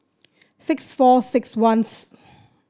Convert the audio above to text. six four six one